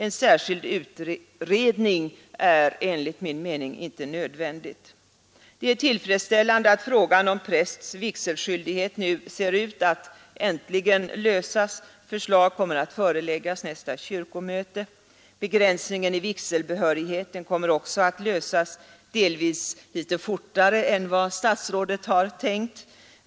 En särskild utredning är enligt min mening inte nödvändig. Det är tillfredsställande att frågan om prästs vigselskyldighet nu ser ut att äntligen lösas. Förslag kommer att föreläggas nästa kyrkomöte. Begränsningen i vigselbehörigheten kommer också att lösas delvis något fortare än vad statsrådet tänkt.